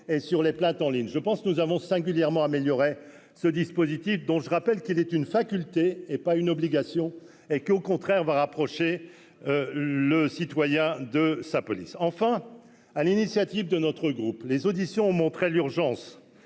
et sur les plaintes en ligne, je pense, nous avons singulièrement améliorée, ce dispositif, dont je rappelle qu'il ait une faculté et pas une obligation et qui au contraire va rapprocher le citoyen de sa police, enfin, à l'initiative de notre groupe, les auditions ont montré l'urgence